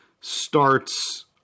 starts